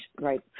Right